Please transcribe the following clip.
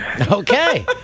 Okay